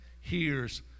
hears